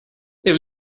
there